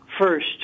first